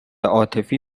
عاطفی